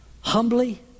humbly